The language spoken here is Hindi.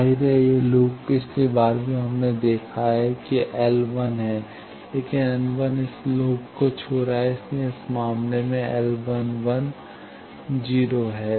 जाहिर है यह लूप पिछली बार भी हमने देखा है कि L है लेकिन L इस लूप को छू रहा है इसलिए इस मामले में L 0 है